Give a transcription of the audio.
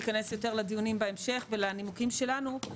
ניכנס יותר לדיונים בהמשך ולנימוקים שלנו,